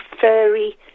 furry